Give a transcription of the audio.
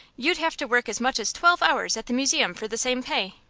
you'd have to work as much as twelve hours at the museum for the same pay.